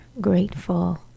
grateful